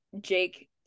Jake